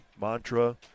mantra